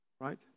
Right